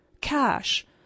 Cash